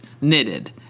Knitted